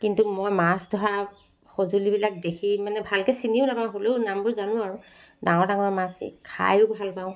কিন্তু মই মাছ ধৰা সঁজুলিবিলাক দেখি মানে ভালকৈ চিনিও নেপাওঁ হ'লেও নামবোৰ জানো আৰু ডাঙৰ ডাঙৰ মাছ খায়ো ভাল পাওঁ